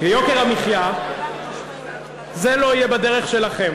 ויוקר המחיה, זה לא יהיה בדרך שלכם.